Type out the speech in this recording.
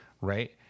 right